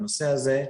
הנושא הזה,